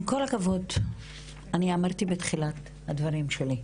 עם כל הכבוד ואני אמרתי את זה בתחילת הדברים שלי.